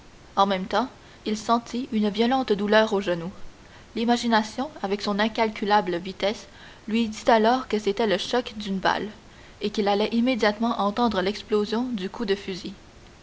en même temps il sentit une violente douleur au genou l'imagination avec son incalculable vitesse lui dit alors que c'était le choc d'une balle et qu'il allait immédiatement entendre l'explosion du coup de fusil